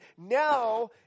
Now